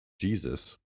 Jesus